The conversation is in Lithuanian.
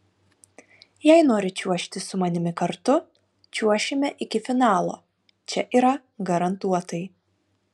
jei nori čiuožti su manimi kartu čiuošime iki finalo čia yra garantuotai